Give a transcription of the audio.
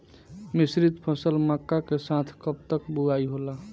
मिश्रित फसल मक्का के साथ कब तक बुआई होला?